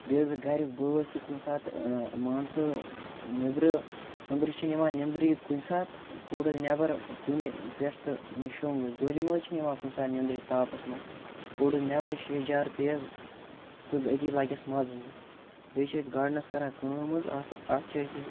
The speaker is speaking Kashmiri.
بیٚیہِ حظ گَریُک بٲژ تہِ کُنہِ ساتہٕ مان ژٕ نٮ۪برٕ أنٛدرٕ چھِنہٕ یِوان نینٛدرٕے کُنہِ ساتہٕ کوٚر حظ نٮ۪بَر کُنہِ پٮ۪ٹھ تہٕ شۅنٛگ حظ دۅہلہِ مہٕ حظ چھِنہٕ یِوان کُنہِ ساتہٕ نیٚنٛدرٕے تاپَس منٛز کوٚر حظ نٮ۪بَر شیٚہجار پیٚیہِ حظ تہٕ أتی لَگٮ۪س مَزٕ ہیٛوٗ بیٚیہِ چھِ أسۍ گارڈنَس کَران کٲم حظ اَتھ اَتھ چھِ أسۍ